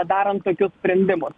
darant tokius sprendimus